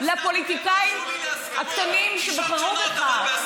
יש לך חוב לפוליטיקאים הקטנים שבחרו בך.